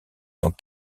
dans